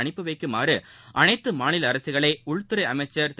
அனுப்பி வைக்குமாறு அனைத்து மாநில அரசுகளை உள்துறை அமைச்சர் திரு